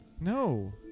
No